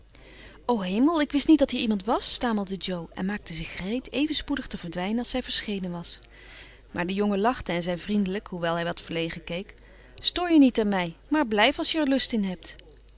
o hemel ik wist niet dat hier iemand was stamelde jo en maakte zich gereed even spoedig te verdwijnen als zij verschenen was maar de jongen lachte en zei vriendelijk hoewel hij wat verlegen keek stoor je niet aan mij maar blijf als je'r lust in hebt